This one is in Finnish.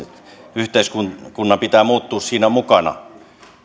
yhteiskunnan pitää muuttua siinä mukana